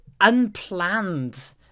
unplanned